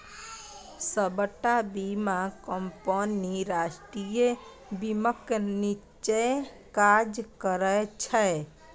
सबटा बीमा कंपनी राष्ट्रीय बीमाक नीच्चेँ काज करय छै